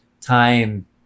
time